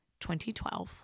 2012